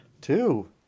Two